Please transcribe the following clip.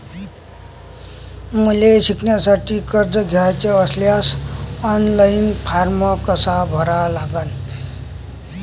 मले शिकासाठी कर्ज घ्याचे असल्यास ऑनलाईन फारम कसा भरा लागन?